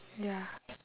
ya